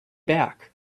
back